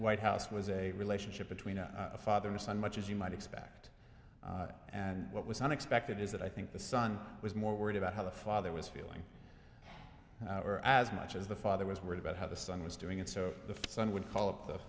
white house was a relationship between a father son much as you might expect and what was unexpected is that i think the son was more worried about how the father was feeling or as much as the father was worried about how the son was doing it so the son would call up the